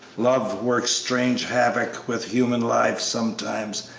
love works strange havoc with human lives sometimes,